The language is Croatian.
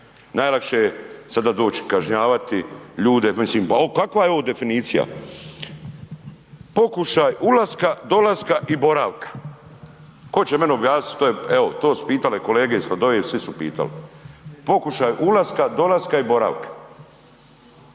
Najlakše je sada doći i kažnjavati ljude, mislim pa kakva je ovo definicija, pokušaj ulaska, dolaska i boravaka. Tko će meni objasnit što je, evo to su pitale kolege i Sladoljev i svi su pitali. Pokušaj ulaska, dolaska i boravka.